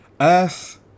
earth